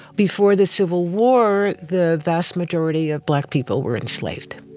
before the civil war, the vast majority of black people were enslaved.